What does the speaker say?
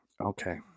okay